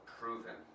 proven